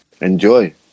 Enjoy